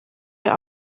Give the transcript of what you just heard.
wir